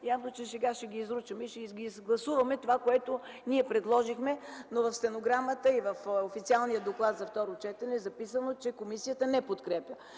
явно сега ги изручахме и ще гласуваме това, което ние предложихме. В стенограмата и в официалния доклад за второ четене обаче е записано, че комисията не подкрепя